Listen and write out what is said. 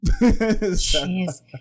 Jeez